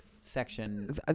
section